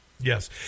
Yes